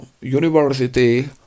university